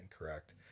incorrect